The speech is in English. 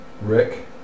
Rick